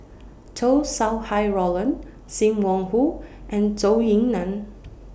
Chow Sau Hai Roland SIM Wong Hoo and Zhou Ying NAN